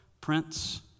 prince